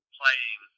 playing